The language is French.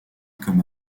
comme